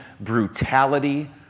brutality